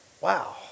Wow